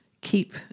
keep